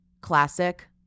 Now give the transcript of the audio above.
classic